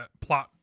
plot